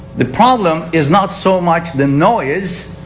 the problem is not so much the noise.